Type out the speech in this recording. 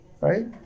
Right